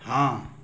हाँ